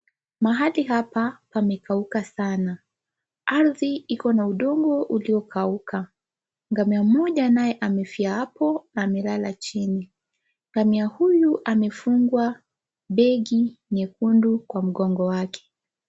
Mahali hapa, pamekauka sana. Ardhi iko na udongo uliokauka. Ngamia mmoja anaye, amefia hapo, amelala chini. Ngamia huyu, amefungwa begi nyekundu kwa mgongo wake.